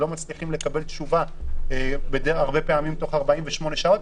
לא מצליחים לקבל תשובה הרבה פעמים בתוך 48 שעות,